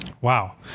Wow